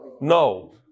No